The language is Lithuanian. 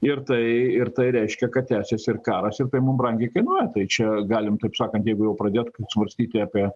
ir tai ir tai reiškia kad tęsiasi ir karas ir tai mum brangiai kainuoja tai čia galim taip sakant jeigu jau pradėt svarstyti apie